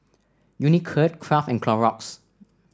Unicurd Kraft and Clorox